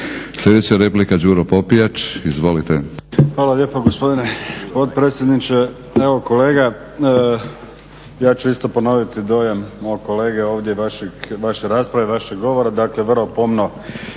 Sljedeća replika Đuro Popijač. Izvolite.